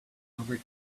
over